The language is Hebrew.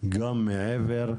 גם מעבר,